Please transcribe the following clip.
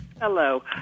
Hello